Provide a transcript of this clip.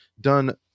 done